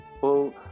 Well-